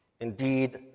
indeed